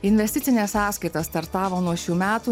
investicinė sąskaita startavo nuo šių metų